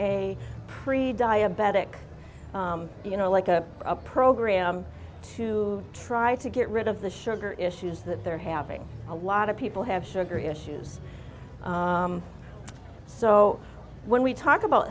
a pre diabetic you know like a program to try to get rid of the sugar issues that they're having a lot of people have sugar issues so when we talk about